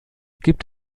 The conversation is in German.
gibt